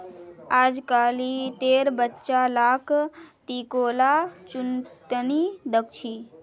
अजकालितेर बच्चा लाक टिकोला चुन त नी दख छि